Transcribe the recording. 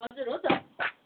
हजुर हो त